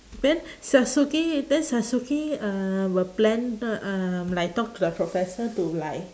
then sasuke then sasuke uh will plan the um like talk to the professor to like